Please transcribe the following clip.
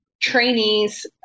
trainees